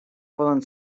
poden